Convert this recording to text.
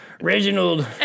Reginald